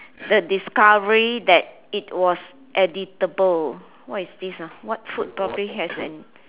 the discovery that it was edible what is this ah what food probably has an